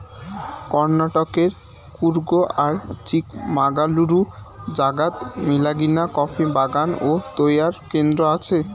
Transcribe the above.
কর্ণাটকের কূর্গ আর চিকমাগালুরু জাগাত মেলাগিলা কফি বাগান ও তৈয়ার কেন্দ্র আছে